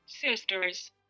sisters